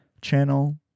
channel